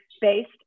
based